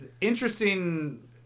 interesting